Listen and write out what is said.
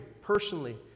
personally